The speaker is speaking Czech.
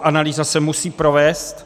Analýza se musí provést.